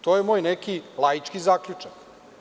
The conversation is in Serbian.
To je moj neki laički zaključak.